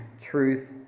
truth